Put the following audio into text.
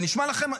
זה נשמע לכם?